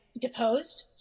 deposed